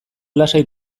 lasai